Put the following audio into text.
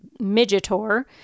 Midgetor